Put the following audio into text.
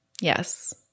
Yes